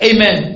Amen